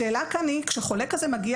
50. כשחולה כזה מגיע